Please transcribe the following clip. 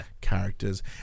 characters